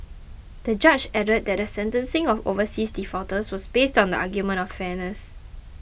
the judge added that the sentencing of overseas defaulters was based on the argument of fairness